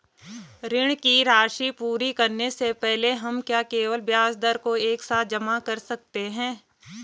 ऋण की राशि पूरी करने से पहले हम क्या केवल ब्याज दर को एक साथ जमा कर सकते हैं?